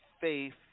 faith